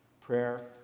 prayer